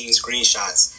screenshots